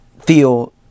feel